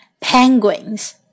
Penguins